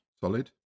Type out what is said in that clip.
solid